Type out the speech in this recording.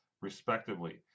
respectively